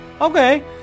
Okay